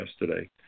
yesterday